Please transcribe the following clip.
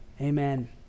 amen